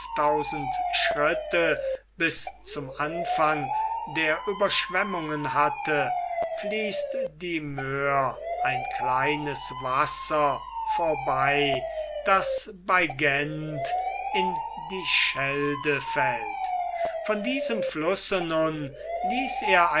schritte bis zum anfang der ueberschwemmungen hatte fließt die moer ein kleines wasser vorbei das bei gent in die schelde fällt von diesem flusse nun ließ er